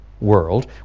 world